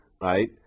right